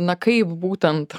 na kaip būtent